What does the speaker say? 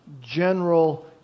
general